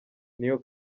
niyo